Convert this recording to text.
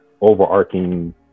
overarching